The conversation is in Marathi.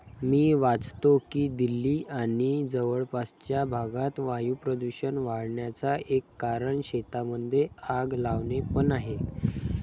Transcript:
मी वाचतो की दिल्ली आणि जवळपासच्या भागात वायू प्रदूषण वाढन्याचा एक कारण शेतांमध्ये आग लावणे पण आहे